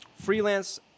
freelance